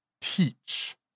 teach